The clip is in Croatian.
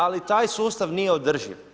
Ali taj sustav nije održiv.